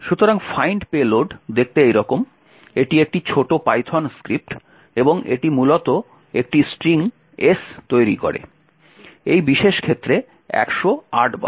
সুতরাং find payload দেখতে এইরকম এটি একটি ছোট পাইথন স্ক্রিপ্ট এবং এটি মূলত একটি স্ট্রিং S তৈরি করে এই বিশেষ ক্ষেত্রে 108 বার